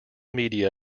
media